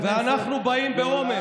בהיריון, במערך כשרות, ואנחנו באים באומץ,